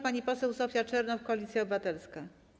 Pani poseł Zofia Czernow, Koalicja Obywatelska.